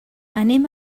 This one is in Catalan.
anem